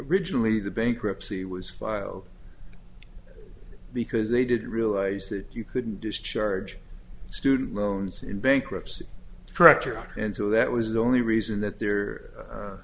regionally the bankruptcy was filed because they did realize that you couldn't discharge student loans in bankruptcy correct or and so that was the only reason that the